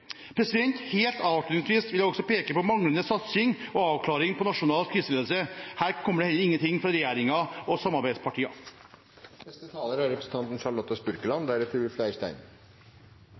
Helt avslutningsvis vil jeg også peke på manglende satsing og avklaring med tanke på nasjonal kriseledelse. Her kommer det heller ingenting fra regjeringen og